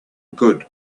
good